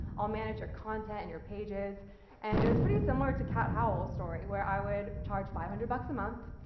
i'll manage your content and your pages and it was pretty similar to cat howel's story, where i would charge five and hundred bucks a month,